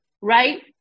right